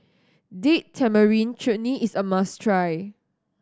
Date Tamarind Chutney is a must try